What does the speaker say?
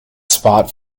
spot